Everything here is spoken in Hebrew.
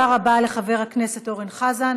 תודה רבה לחבר הכנסת אורן חזן.